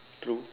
true